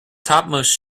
topmost